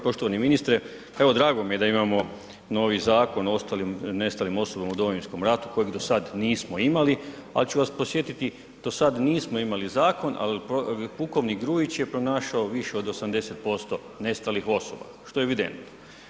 Poštovani ministre, evo drago mi je da imamo novi Zakon o nestalim osobama u Domovinskom ratu, kojeg do sada nismo imali, ali ću vas podsjetiti do sada nismo imali zakon ali pukovnik Grujić je pronašao više od 80% nestalih osoba, što je evidentno.